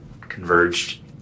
converged